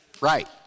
Right